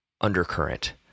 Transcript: undercurrent